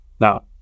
Now